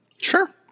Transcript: Sure